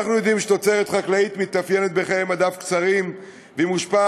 אנחנו יודעים שתוצרת חקלאית מתאפיינת בחיי מדף קצרים ומושפעת